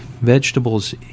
Vegetables